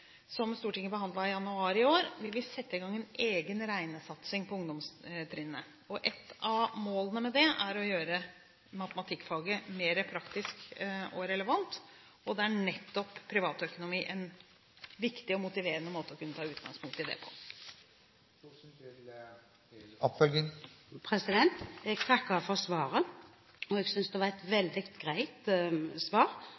som Stortinget behandlet i januar i år, vil vi sette i gang en egen regnesatsing på ungdomstrinnet. Et av målene med det er å gjøre matematikkfaget mer praktisk og relevant, og da er nettopp opplæring i privat økonomi en viktig og motiverende måte å kunne ta utgangspunkt i dette på. Jeg takker for svaret. Jeg synes det var et veldig greit svar,